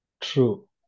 True